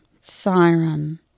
siren